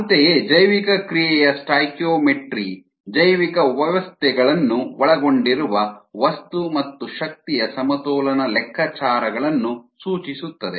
ಅಂತೆಯೇ ಜೈವಿಕಕ್ರಿಯೆಯ ಸ್ಟಾಯ್ಕಿಯೋಮೆಟ್ರಿ ಜೈವಿಕ ವ್ಯವಸ್ಥೆಗಳನ್ನು ಒಳಗೊಂಡಿರುವ ವಸ್ತು ಮತ್ತು ಶಕ್ತಿಯ ಸಮತೋಲನ ಲೆಕ್ಕಾಚಾರಗಳನ್ನು ಸೂಚಿಸುತ್ತದೆ